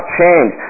change